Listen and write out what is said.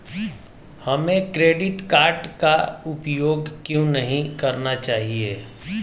हमें credit card का उपयोग क्यों नहीं करना चाहिए?